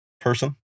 person